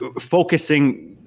focusing